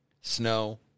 snow